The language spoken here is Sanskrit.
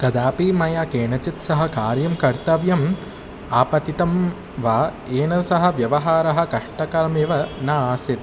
कदापि मया केनचित् सह कार्यं कर्तव्यम् आपतितं वा येन सह व्यवहारः कष्टकरमेव न आसीत्